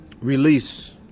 release